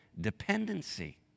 dependency